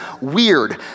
weird